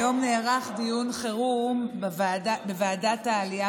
היום נערך דיון חירום בוועדת העלייה